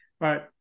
Right